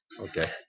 Okay